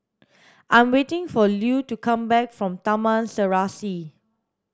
I am waiting for Lue to come back from Taman Serasi